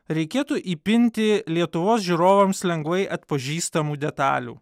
reikėtų įpinti lietuvos žiūrovams lengvai atpažįstamų detalių